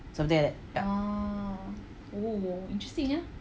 something like that ya